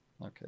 Okay